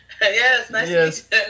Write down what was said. Yes